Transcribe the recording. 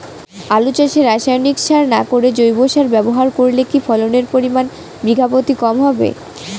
আলু চাষে রাসায়নিক সার না করে জৈব সার ব্যবহার করলে কি ফলনের পরিমান বিঘা প্রতি কম হবে?